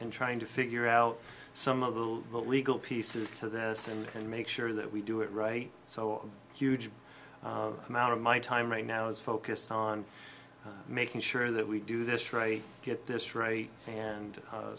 and trying to figure out some of the legal pieces to this and make sure that we do it right so huge amount of my time right now is focused on making sure that we do this right get this right and